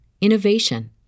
innovation